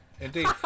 Indeed